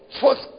First